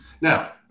Now